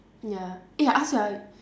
ya eh I ask you ah